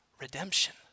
redemption